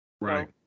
Right